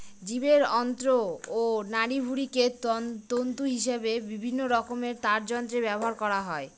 জীবের অন্ত্র ও নাড়িভুঁড়িকে তন্তু হিসেবে বিভিন্নরকমের তারযন্ত্রে ব্যবহার করা হয়